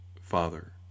Father